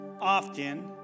often